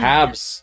Habs